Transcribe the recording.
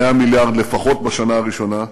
100 מיליארד לפחות בשנה הראשונה,